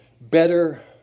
better